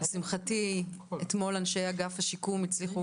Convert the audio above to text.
לשמחתי אתמול אנשי אגף השיקום הצליחו